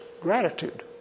gratitude